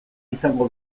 izango